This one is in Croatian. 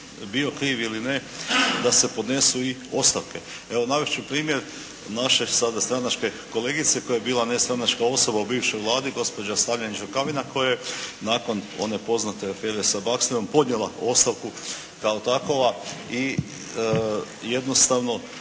bio kriv ili ne da se podnesu i ostavke. Evo navest ću primjer naše sada stranačke kolegice koja je bila nestranačka osoba u bivšoj Vladi gospođa … /Govornik se ne razumije./ … koja je nakon one poznate afere sa Baxterom podnijela ostavku kao takova i jednostavno